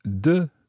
de